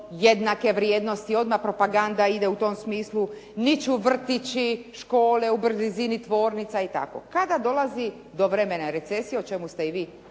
jednake vrijednosti, odmah propaganda ide u tom smislu, niću vrtići, škole u blizini tvornica i tako. Kada dolazi do vremena recesije, o čemu ste i vi